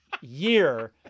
year